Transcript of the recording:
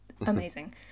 amazing